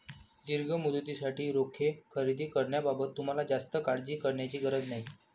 दीर्घ मुदतीसाठी रोखे खरेदी करण्याबाबत तुम्हाला जास्त काळजी करण्याची गरज नाही